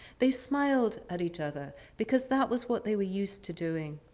they smiled at each other because that was what they were used to doing.